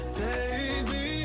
baby